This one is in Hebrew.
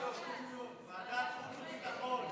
ועדת החוץ והביטחון.